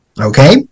Okay